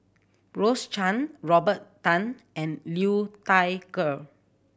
Rose Chan Robert Tan and Liu Thai Ker